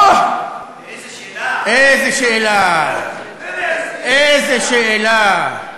אוה, איזה שאלה, איזה שאלה.